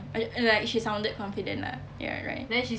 uh like she sounded confident lah ya right